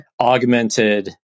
augmented